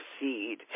seed